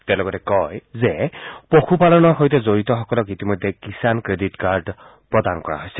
তেওঁ লগতে কয় যে পশুপালনৰ সৈতে জড়িতসকলক ইতিমধ্যে কিষাণ ক্ৰেডিট কাৰ্ড প্ৰদান কৰা হৈছে